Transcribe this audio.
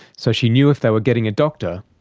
so she knew if they were getting a doctor,